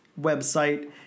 website